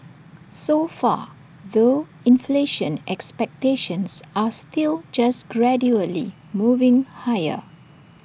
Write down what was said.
so far though inflation expectations are still just gradually moving higher